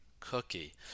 cookie